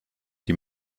die